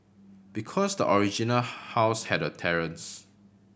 because the original house had a terrace